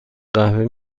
قهوه